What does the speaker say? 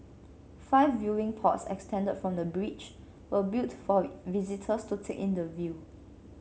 five viewing pods extended from the bridge were built for visitors to take in the view